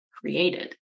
created